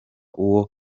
uwo